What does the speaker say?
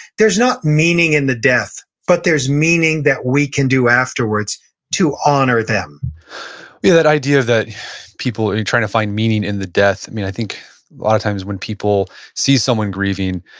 there's not meaning in the death. but there's meaning that we can do afterwards to honor them yeah that idea that people are trying to find meaning in the death. i think a lot of times when people see someone grieving,